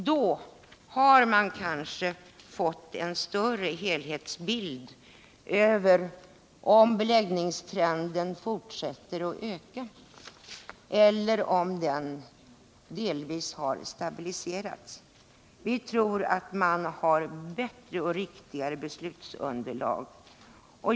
Då har man kanske fått en bättre helhetsbild av om beläggningstrenden fortsätter att öka eller om den delvis har stabiliserats. Vi tror att man då kommer att ha ett bättre och riktigare beslutsunderlag.